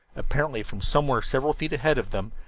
apparently from somewhere several feet ahead of them,